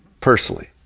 personally